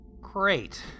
Great